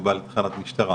הוא בא לתחנת משטרה